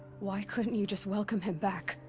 why couldn't you just welcome him back?